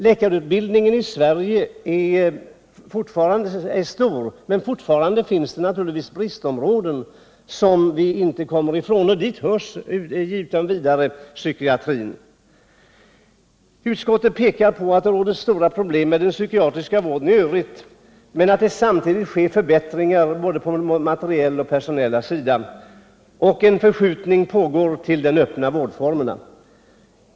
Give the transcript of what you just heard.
Läkarutbildningen i Sverige är stor, men det finns fortfarande naturligtvis bristområden som vi inte kommer ifrån. Dit hör utan vidare psykiatrin. Utskottet pekar på att det råder stora problem med den psykiatriska vården i övrigt, men att det samtidigt sker förbättringar både på den materiella och på den personella sidan. En förskjutning pågår till den öppna vården.